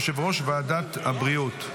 יושב-ראש ועדת הבריאות.